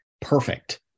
perfect